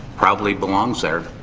probably belongs there.